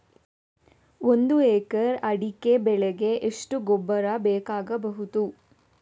ಒಂದು ಎಕರೆ ಅಡಿಕೆ ಬೆಳೆಗೆ ಎಷ್ಟು ಗೊಬ್ಬರ ಬೇಕಾಗಬಹುದು?